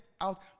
out